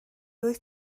wyt